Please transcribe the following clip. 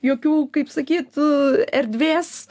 jokių kaip sakyt erdvės